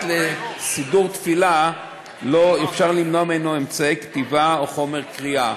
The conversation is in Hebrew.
פרט לסידור תפילה אפשר למנוע ממנו אמצעי כתיבה או חומר קריאה.